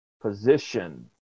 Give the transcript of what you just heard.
position